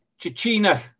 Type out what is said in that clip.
Chichina